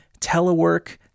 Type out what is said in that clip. telework